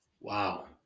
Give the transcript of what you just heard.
Wow